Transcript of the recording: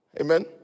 Amen